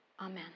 Amen